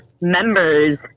members